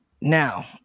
Now